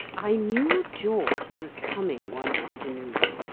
i knew george was coming one afternoon,